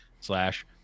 slash